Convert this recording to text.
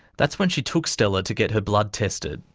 that's when she took stella to get her blood tested.